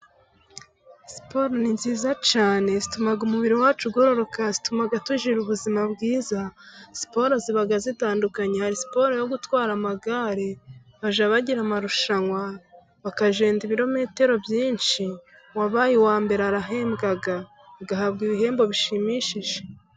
Siporo ni nziza cyane zituma umubiri wacu ugororoka zituma tugira ubuzima bwiza, siporo ziba zitandukanye hari siporo yo gutwara amagare bajya bagira amarushanwa bakagenda ibirometero byinshi ,uwabaye uwa mbere arahembwa agahabwa ibihembo bishimishije.